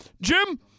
Jim